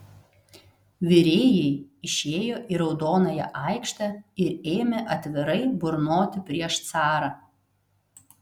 virėjai išėjo į raudonąją aikštę ir ėmė atvirai burnoti prieš carą